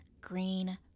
Green